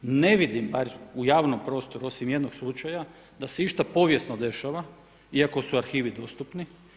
Ne vidim u javnom prostoru osim jednog slučaju da se išta povijesno dešava, iako su arhivi dostupni.